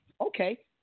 Okay